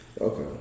Okay